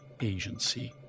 agency